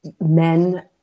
men